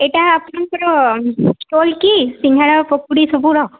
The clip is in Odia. ଏଇଟା ଆପଣଙ୍କର ଷ୍ଟଲ୍ କି ସିଙ୍ଗଡ଼ା ପକୁଡ଼ି ସବୁର